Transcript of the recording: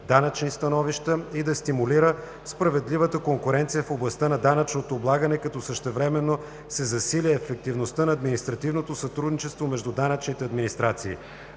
данъчни становища и да стимулира справедливата конкуренция в областта на данъчното облагане, като същевременно се засили ефективността на административното сътрудничество между данъчните администрации.